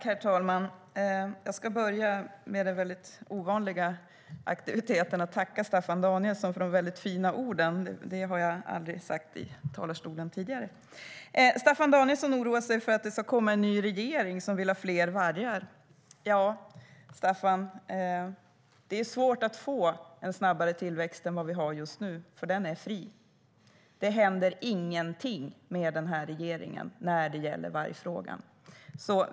Herr talman! Jag ska börja med något väldigt ovanligt, nämligen att tacka Staffan Danielsson för de fina orden. Något sådant har jag aldrig sagt i talarstolen tidigare. Staffan Danielsson oroar sig för att det ska komma en ny regering som vill ha fler vargar. Staffan, det är svårt att få en snabbare tillväxt än vi har just nu, för den är fri. Det händer ingenting med den här regeringen när det gäller vargfrågan.